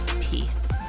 peace